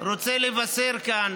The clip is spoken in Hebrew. אני רוצה לבשר כאן